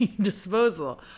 disposal